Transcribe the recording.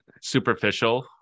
superficial